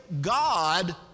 God